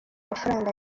mafaranga